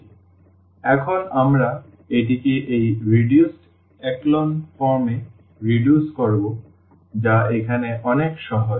সুতরাং এখন আমরা এটি কে এই রিডিউসড echelon ফর্মে হ্রাস করব যা এক্ষেত্রে অনেক সহজ